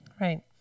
right